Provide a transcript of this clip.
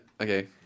Okay